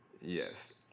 Yes